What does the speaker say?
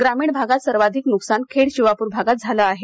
ग्रामीण भागात सर्वाधिक न्कसान खेड शिवापूर भागात झाले आहे